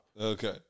Okay